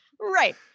Right